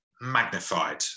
magnified